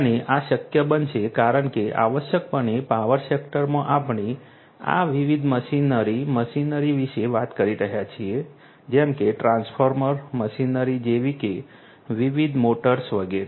અને આ શક્ય બનશે કારણ કે આવશ્યકપણે પાવર સેક્ટરમાં આપણે આ વિવિધ મશીનરી મશીનરી વિશે વાત કરી રહ્યા છીએ જેમ કે ટ્રાન્સફોર્મર મશીનરી જેવી કે વિવિધ મોટર્સ વગેરે